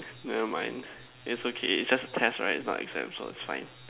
never mind it's okay its just a test right not exam so it's fine